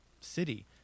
city